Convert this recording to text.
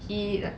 he like